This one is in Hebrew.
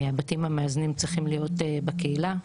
הבתים המאזנים צריכים להיות בקהילה.